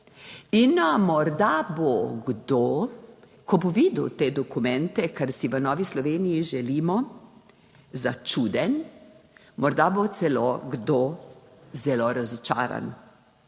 In morda bo kdo, ko bo videl te dokumente, kar si v Novi Sloveniji želimo, začuden, morda bo celo kdo zelo razočaran.